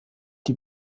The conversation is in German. die